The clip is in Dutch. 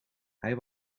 hij